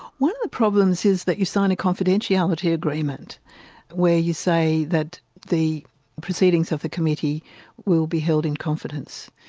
one of the problems is that you sign a confidentiality agreement where you say that the proceedings of the committee will be held in confidence.